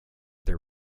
their